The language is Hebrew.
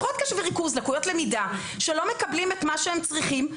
הפרעות קשב וריכוז ולקויות למידה שלא מקבלים את מה שהם צריכים.